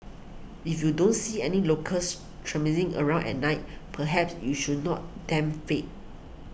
if you don't see any locals traipsing around at night perhaps you should not tempt fate